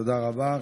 תודה רבה.